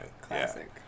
Classic